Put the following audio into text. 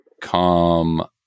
come